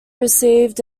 received